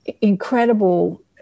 incredible